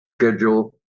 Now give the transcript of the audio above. schedule